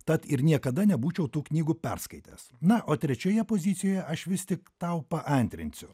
tad ir niekada nebūčiau tų knygų perskaitęs na o trečioje pozicijoje aš vis tik tau paantrinsiu